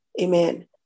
Amen